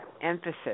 emphasis